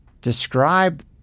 Describe